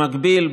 במקביל,